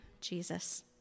Jesus